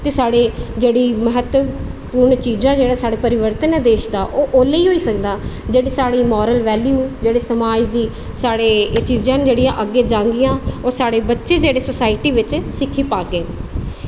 ते साढ़े जेह्ड़ी महत्वपुर्ण चीज़ां जेह्ड़ा परिवर्तन ऐ ओह् ओल्लै ई होई सकदा जेल्लै साढ़ी मोरल वेल्यू जेल्लै साढ़े समाज दी एह् चीज़ां न जेह्ड़ियां अग्गें जाह्गियां ओह् साढ़े बच्चे जेह्के सोसायटी बिच सिक्खी पागे